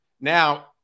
Now